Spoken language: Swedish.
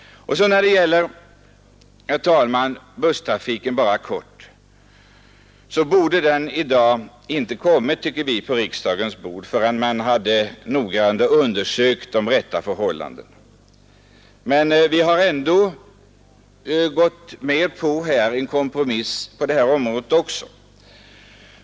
Vidare vill jag helt kort nämna busstrafiken. Det förslaget borde, tycker vi, inte ha kommit på riksdagens bord förrän förhållandena mera noggrant hade undersökts. Vi har gått med på en kompromiss också på det området för att säkra bussföretagens existens.